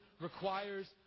requires